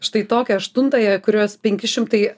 štai tokią aštuntąją kurios penki šimtai